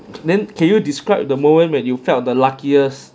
then can you describe the moment when you felt the luckiest